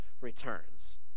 returns